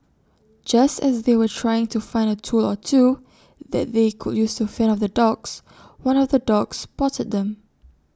just as they were trying to find A tool or two that they could use to fend off the dogs one of the dogs spotted them